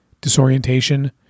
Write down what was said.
disorientation